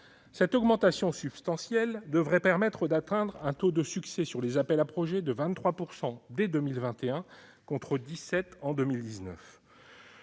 Cette augmentation substantielle devrait permettre d'atteindre un taux de succès pour les appels à projets de 23 % dès 2021, contre 17 % en 2019.